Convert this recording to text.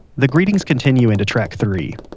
the greetings continue into track three.